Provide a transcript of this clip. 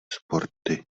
sporty